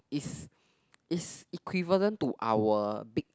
it's it's equivalent to our big